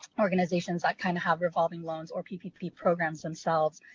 organizations that kind of have revolving loans or ppp programs themselves.